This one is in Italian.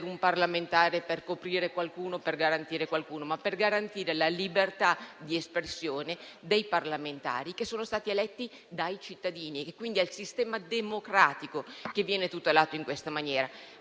non è fatto per coprire qualcuno o per garantire qualcuno, ma per garantire la libertà di espressione dei parlamentari che sono stati eletti dai cittadini. È quindi il sistema democratico che viene tutelato in questa maniera.